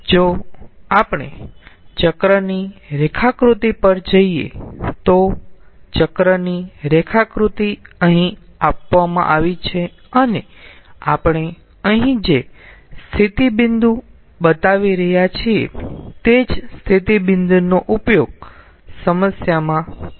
જો આપણે ચક્રની રેખાકૃતિ પર જઈએ તો ચક્રની રેખાકૃતિ અહીં આપવામાં આવી છે અને આપણે અહીં જે સ્થિતિ બિંદુ બતાવી રહ્યા છીએ તે જ સ્થિતિ બિંદુ નો ઉપયોગ સમસ્યામાં કર્યો છે